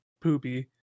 poopy